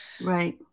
Right